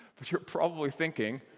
but you're probably thinking,